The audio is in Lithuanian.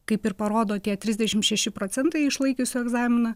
kaip ir parodo tie trisdešim šeši procentai išlaikiusių egzaminą